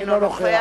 אינו נוכח